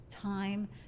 time